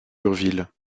urville